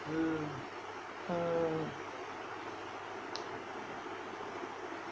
mm